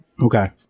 Okay